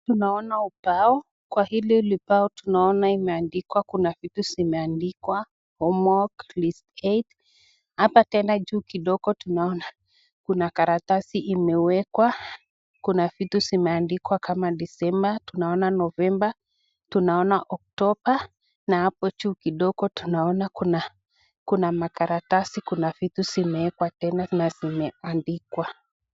Tunaona ubao, kwa hili ubao tunaona imeandikwa kuna vitu zimeandikwa Homework list eight . Hapa tena juu kidogo tunaona kuna karatasi imewekwa. Kuna vitu zimeandikwa kama Desemba, tunaona Novemba, tunaona Oktoba na hapo juu kidogo tunaona kuna kuna makaratasi kuna vitu zimewekwa tena na zimeandikwa.